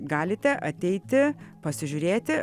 galite ateiti pasižiūrėti